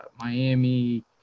Miami